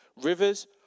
rivers